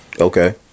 Okay